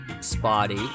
spotty